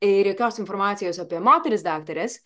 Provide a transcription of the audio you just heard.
ir jokios informacijos apie moteris daktares